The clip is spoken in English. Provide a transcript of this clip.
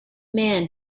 man